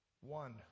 one